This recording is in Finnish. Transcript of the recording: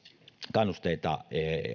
kannusteita